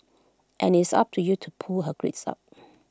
and IT is up to you to pull her grades up